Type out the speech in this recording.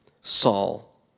Saul